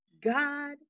God